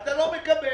אתה לא מקבל.